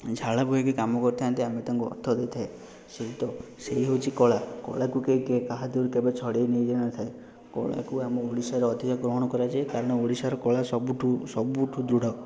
ଝାଳ ବୁହାଇକି କାମ କରୁଥାନ୍ତି ଆମେ ତାଙ୍କୁ ଅର୍ଥ ଦେଇଥାଉ ସେହି ତ ସେହି ହେଉଛି କଳା କଳାକୁ କେବେ କିଏ କାହା ଦେହରୁ ଛଡ଼ାଇ ନେଇ ଯାଇ ନଥାଏ କଳାକୁ ଆମ ଓଡ଼ିଶାରେ ଅଧିକ ଗ୍ରହଣ କରାଯାଏ କାରଣ ଓଡ଼ିଶାର କଳା ସବୁଠୁ ସବୁଠୁ ଦୃଢ଼